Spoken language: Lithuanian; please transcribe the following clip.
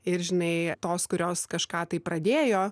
ir žinai tos kurios kažką tai pradėjo